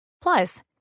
Plus